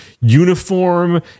uniform